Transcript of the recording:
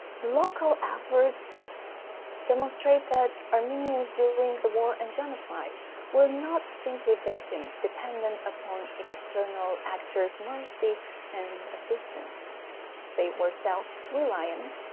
the local efforts demonstrate that armenians during the war and genocide were not simply victims dependent on external actors mercy and assistance they were self reliant,